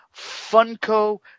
Funko